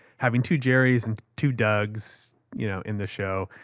having two jerrys and two dougs, you know in the show,